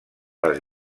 les